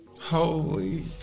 Holy